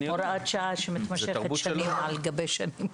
הוראת שעה שמתמשכת שנים על גבי שנים.